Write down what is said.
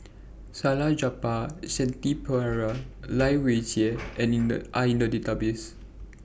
Salleh Japar Shanti Pereira and Lai Weijie Are in The Database